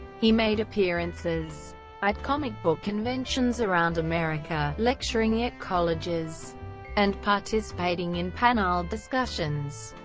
he made appearances at comic book conventions around america, lecturing at colleges and participating in panel discussions.